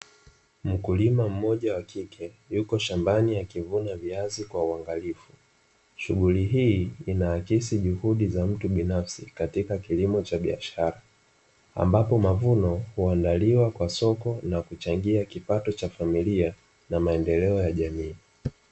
Mkulima mmoja wakike yuko shambani akivuna viazi kwa uangalifu. Shughuli hii inaakisi juhudi binafsi katika kilimo cha biashara ambapo mavuno huandaliwa kwa soko na kuchangia kipato cha familia na maendeleo ya jamii.